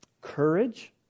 courage